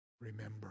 remember